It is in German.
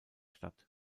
stadt